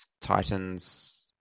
Titans